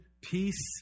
peace